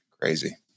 Crazy